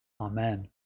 Amen